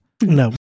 no